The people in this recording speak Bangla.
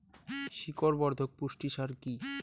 শিকড় বর্ধক পুষ্টি সার কি?